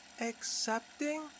accepting